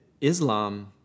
Islam